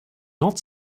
not